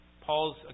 Paul's